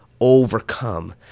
overcome